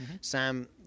Sam